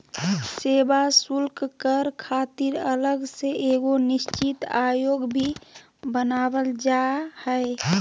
सेवा शुल्क कर खातिर अलग से एगो निश्चित आयोग भी बनावल जा हय